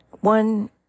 one